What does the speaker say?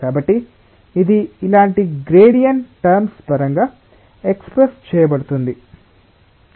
కాబట్టి ఇది ఇలాంటి గ్రేడియన్ట్ టర్మ్స్ పరంగా ఎక్స్ప్రెస్ చేయబడవచ్చు